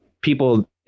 people